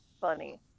funny